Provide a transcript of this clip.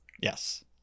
yes